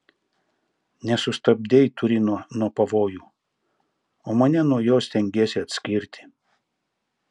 nesustabdei turino nuo pavojų o mane nuo jo stengiesi atskirti